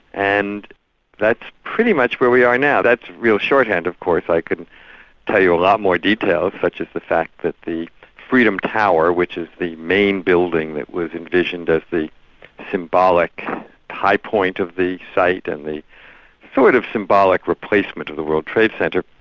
and that's pretty much where we are now. that's real shorthand of course, i can tell you a lot more details such as the fact that the freedom tower, which is the main building that was envisioned as the symbolic high point of the site and the sort of symbolic replacement of the world trade center,